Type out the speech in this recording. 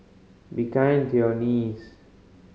be kind to your knees